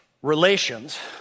relations